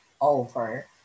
over